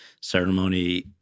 ceremony